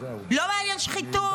לא מעניין שחיתות.